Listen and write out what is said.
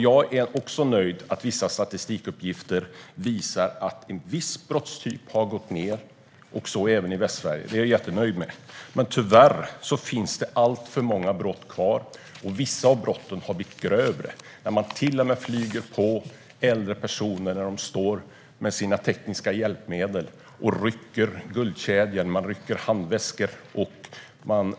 Jag är också nöjd med att vissa statistikuppgifter visar att en viss brottstyp har gått ned, så även i Västsverige. Det är jag jättenöjd med, men tyvärr finns det alltför många brott kvar. Vissa av brotten har även blivit grövre. Man flyger till och med på äldre personer när de står med sina tekniska hjälpmedel, och man rycker guldkedjor och handväskor.